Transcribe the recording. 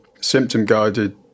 symptom-guided